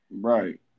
Right